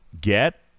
get